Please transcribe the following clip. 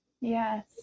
Yes